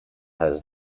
has